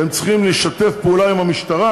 והם צריכים לשתף פעולה עם המשטרה,